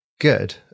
good